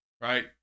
right